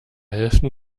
helfen